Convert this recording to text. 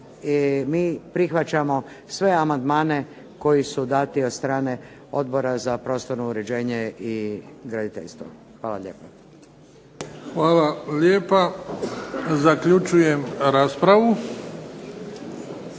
Mi prihvaćamo sve amandmane koji su dati od strane Odbora za prostorno uređenje i graditeljstvo. Hvala lijepo. **Bebić, Luka (HDZ)** Hvala lijepa. Zaključujem raspravu.